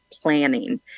planning